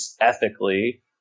ethically